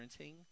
parenting